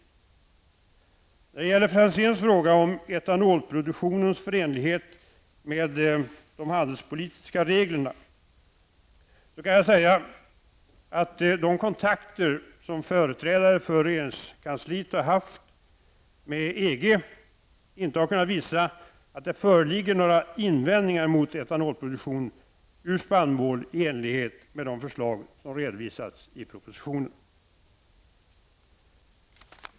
När det gäller Franzéns fråga om etanolproduktionens förenlighet med de handelspolitiska reglerna, kan jag säga att de kontakter företrädare för regeringskansliet har haft med EG inte har kunnat visa att det föreligger några invändningar mot etanolproduktion ur spannmål i enlighet med de förslag som redovisats i propositionen.